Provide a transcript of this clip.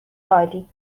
عالی